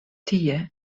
tie